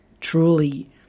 truly